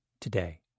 today